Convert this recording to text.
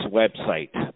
website